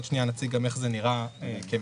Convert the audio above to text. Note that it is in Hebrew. בעוד שנייה נציג איך זה נראה כמכלול.